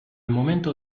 momento